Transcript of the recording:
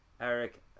eric